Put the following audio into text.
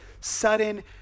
sudden